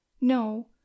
No